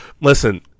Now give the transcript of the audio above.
listen